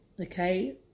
okay